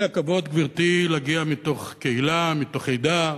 היה לי הכבוד, גברתי, להגיע מתוך קהילה, מתוך עדה,